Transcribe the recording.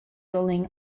rolling